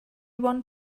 one